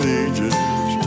ages